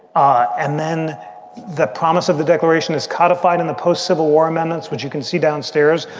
ah and then the promise of the declaration is codified in the post-civil war amendments, which you can see downstairs.